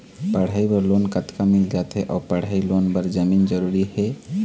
पढ़ई बर लोन कतका मिल जाथे अऊ पढ़ई लोन बर जमीन जरूरी हे?